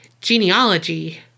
genealogy